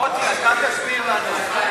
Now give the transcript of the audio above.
מוטי, אתה תסביר לנו.